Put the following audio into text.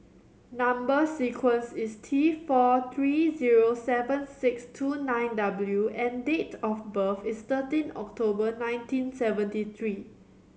number sequence is T four three zero seven six two nine W and date of birth is thirteen October nineteen seventy three